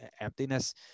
emptiness